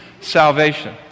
salvation